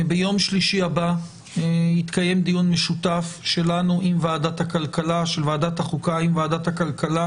ביום שלישי הבא יתקיים דיון משותף של ועדת החוקה עם ועדת הכלכלה